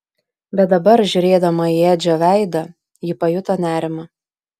bet dabar žiūrėdama į edžio veidą ji pajuto nerimą